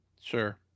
Sure